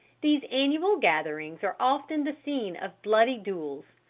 these annual gatherings are often the scene of bloody duels,